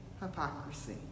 hypocrisy